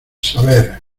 saber